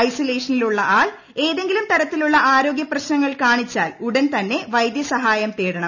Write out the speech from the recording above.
ഐസൊലേഷനിലുള്ള ആൾ ഏതെങ്കിലും തരത്തിലുള്ള ആരോഗൃപ്രശ്നങ്ങൾ കാണിച്ചാൽ ഉടൻ തന്നെ വൈദ്യസഹായം തേടണം